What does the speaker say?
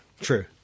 True